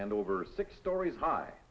and over six stories high